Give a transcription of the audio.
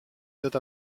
tot